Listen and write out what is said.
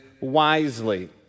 wisely